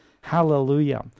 Hallelujah